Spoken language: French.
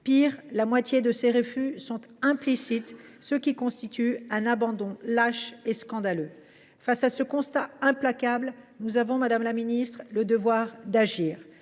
Pis, la moitié de ces refus sont implicites, ce qui constitue un abandon lâche et scandaleux. Face à ce constat implacable, nous avons, madame la ministre, le devoir d’agir.